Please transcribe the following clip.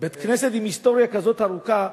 בית-כנסת עם היסטוריה כזאת ארוכה,